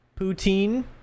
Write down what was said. Poutine